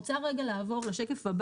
(שקף: